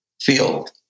field